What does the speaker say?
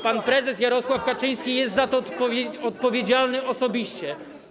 Pan prezes Jarosław Kaczyński jest za to odpowiedzialny osobiście.